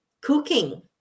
Cooking